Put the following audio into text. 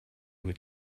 would